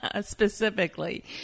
Specifically